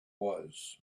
was